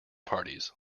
parties